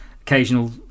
occasional